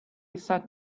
sat